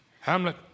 Hamlet